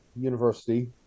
university